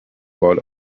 about